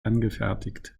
angefertigt